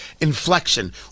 inflection